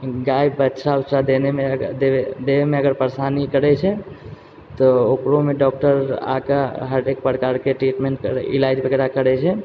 गाय बछड़ा उछड़ा देनेमे दैमे अगर परेशानी करै छै तऽ ओकरोमे डॉक्टर आके हरेक प्रकार के ट्रीटमेन्ट करै इलाज वगैरह करै छै